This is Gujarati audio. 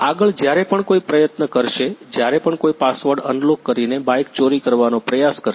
આગળ જ્યારે પણ કોઈ પ્રયત્ન કરશે જ્યારે પણ કોઈ પાસવર્ડ અનલોક કરીને બાઇક ચોરી કરવાનો પ્રયાસ કરશે